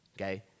okay